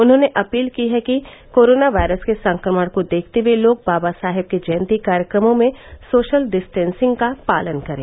उन्होंने अपील की है कि कोरोना वायरस के संक्रमण को देखते हुए लोग बाबा साहेब के जयंती कार्यक्रमों में सोशल डिस्टेन्सिंग का पालन करें